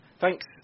Thanks